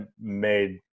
made